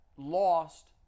lost